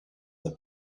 the